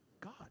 God